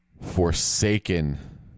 Forsaken